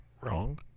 wrong